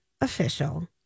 official